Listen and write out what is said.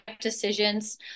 decisions